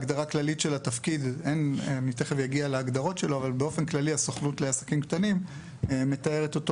הגדרה כללית של התפקיד: הסוכנות לעסקים קטנים מתארת אותו